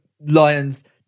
lions